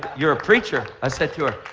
you're a preacher, i said to her.